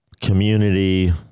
community